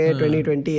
2020